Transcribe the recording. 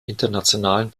internationalen